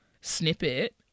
snippet